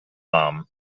arm